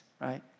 right